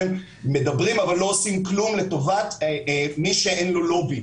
מדברים אבל לא עושים כלום לטובת מי שאין לו לובי.